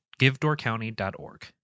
givedoorcounty.org